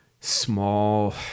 small